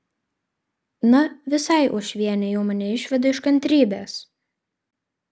na visai uošvienė jau mane išveda iš kantrybės